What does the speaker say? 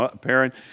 parent